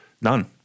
None